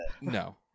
No